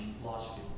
philosophy